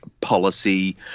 policy